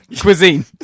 cuisine